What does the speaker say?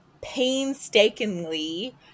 painstakingly